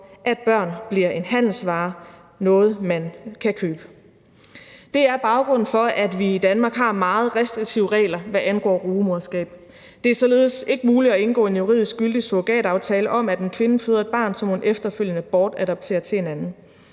at børn bliver en handelsvare – noget, man kan købe. Det er baggrunden for, at vi i Danmark har meget restriktive regler, hvad angår rugemoderskab. Det er således ikke muligt at indgå en juridisk gyldig surrogataftale om, at en kvinde føder et barn, som hun efterfølgende bortadopterer til en anden.